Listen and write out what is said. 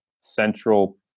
central